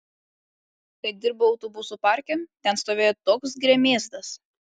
kai dirbau autobusų parke ten stovėjo toks gremėzdas